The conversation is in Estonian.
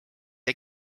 jäi